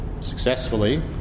successfully